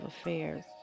Affairs